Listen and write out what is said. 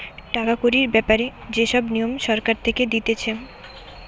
টাকা কড়ির ব্যাপারে যে সব নিয়ম সরকার থেকে দিতেছে